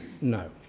No